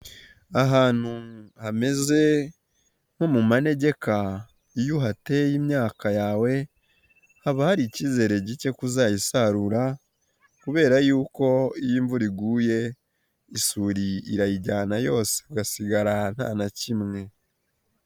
Ahantu hameze nko mu manegeka, iyo uhateye imyaka yawe, haba hari ikizere gike ko uzayisarura kubera yuko iyo imvura iguye isuri irayijyana yose ugasigara nta na kimwe.